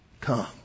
come